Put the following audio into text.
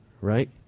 right